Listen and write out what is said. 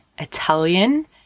Italian